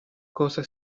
cosa